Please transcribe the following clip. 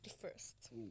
first